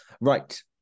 Right